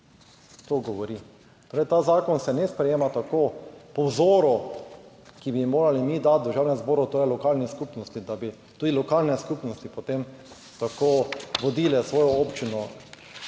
To govori. Torej, ta zakon se ne sprejema tako po vzoru, ki bi jo morali mi dati v Državnem zboru, torej lokalne skupnosti, da bi tudi lokalne skupnosti potem tako vodile svojo občino,